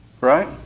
right